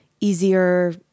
easier